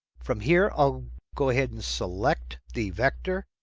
from here, i'll go ahead and select the vector.